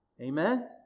Amen